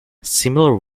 similar